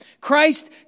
Christ